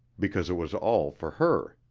because it was all for her.